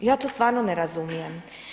Ja to stvarno ne razumijem.